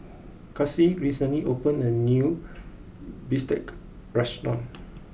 Kassie recently opened a new Bistake restaurant